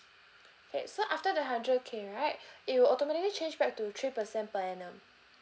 okay so after the hundred K right it will automatically change back to three percent per annum